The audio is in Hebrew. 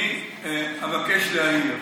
אני אבקש להעיר.